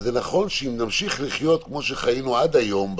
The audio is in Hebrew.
זה נכון שאם נמשיך לחיות בעניין הזה כמו שחיינו עד היום,